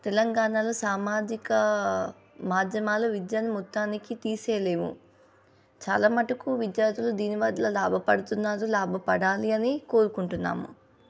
తెలంగాణలో సామాజిక మాధ్యమాలు విద్యను మొత్తానికి తీసేయలేము చాలా మటుకు విద్యార్థులు దీని వల్ల లాభపడుతున్నారు లాభపడాలి అని కోరుకుంటున్నాము